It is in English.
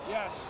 Yes